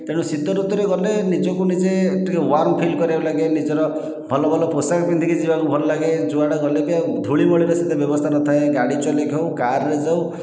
ତେଣୁ ଶୀତ ଋତୁରେ ଗଲେ ନିଜକୁ ନିଜେ ଟିକେ ୱାର୍ମ ଫିଲ୍ କରିବାକୁ ଲାଗେ ନିଜର ଭଲ ଭଲ ପୋଷାକ ପିନ୍ଧିକି ଯିବାକୁ ଭଲ ଲାଗେ ଯୁଆଡ଼େ ଗଲେ ବି ଆଉ ଧୂଳିମଳିର ସେତେ ବ୍ୟବସ୍ଥା ନଥାଏ ଗାଡ଼ି ଚଲେଇକି ହେଉ କାରରେ ଯାଉ